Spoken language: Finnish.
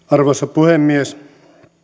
arvoisa puhemies